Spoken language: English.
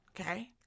Okay